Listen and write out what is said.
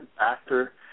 actor